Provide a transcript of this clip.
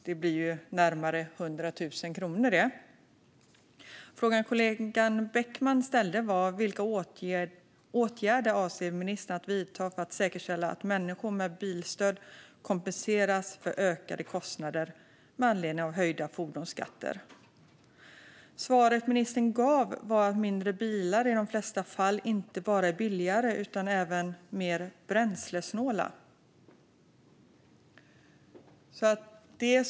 Det blir närmare 100 000 kronor. Den fråga kollegan Beckman ställde var vilka åtgärder ministern avsåg att vidta för att säkerställa att människor med bilstöd kompenseras för ökade kostnader med anledning av höjda fordonsskatter. Svaret ministern gav var att mindre bilar i de flesta fall inte bara är billigare utan även mer bränslesnåla.